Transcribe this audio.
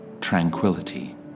tranquility